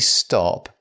stop